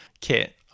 kit